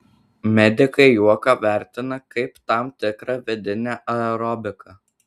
medikai juoką vertina kaip tam tikrą vidinę aerobiką